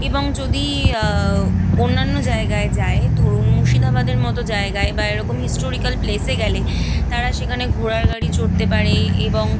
এবং যদি অন্যান্য জায়গায় যায় ধরুন মুর্শিদাবাদের মতো জায়গায় বা এরকম হিস্টোরিকাল প্লেসে গেলে তারা সেখানে ঘোড়ার গাড়ি চড়তে পারে এবং